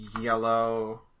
yellow